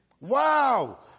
Wow